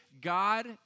God